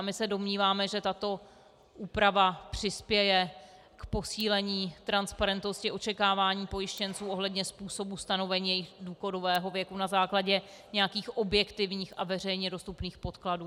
My se domníváme, že tato úprava přispěje k posílení transparentnosti očekávání pojištěnců ohledně způsobů stanovení jejich důchodového věku na základě nějakých objektivních a veřejně dostupných podkladů.